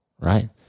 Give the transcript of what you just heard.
right